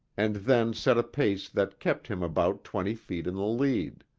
and then set a pace that kept him about twenty feet in the lead.